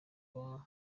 kuba